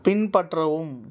பின்பற்றவும்